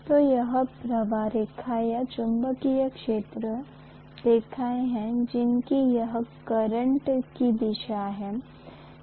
तो यह प्रवाह रेखा या चुंबकीय क्षेत्र रेखाएं हैं जबकि वह करंट की दिशा है